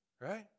Right